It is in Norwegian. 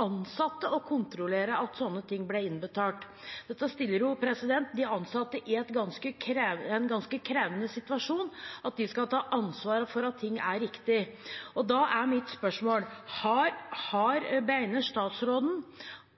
ansatte å kontrollere at sånne ting ble innbetalt. Dette stiller de ansatte i en ganske krevende situasjon – at de skal ta ansvaret for at ting er riktig. Da er mitt spørsmål: Mener statsråden